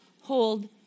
hold